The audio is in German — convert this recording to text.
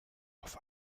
auf